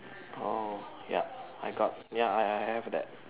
oh yup I got ya I I I have that